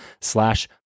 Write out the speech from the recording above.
slash